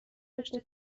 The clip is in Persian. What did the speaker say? رشته